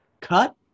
Cut